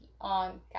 on